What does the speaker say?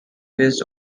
based